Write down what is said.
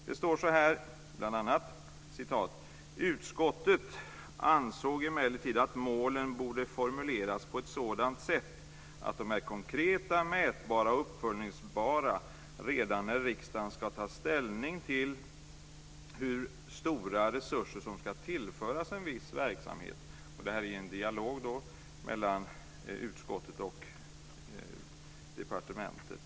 Det står bl.a. så här: "Utskottet ansåg emellertid att målen borde formuleras på ett sådant sätt att de är konkreta, mätbara och uppföljningsbara redan när riksdagen skall ta ställning till hur stora resurser som skall tillföras en viss verksamhet." Detta är en dialog mellan utskottet och departementet.